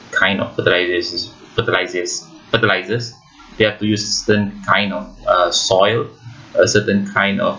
kind of the fertili~ fertilisers they have to use certain kind of uh soil a certain kind of